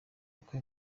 uko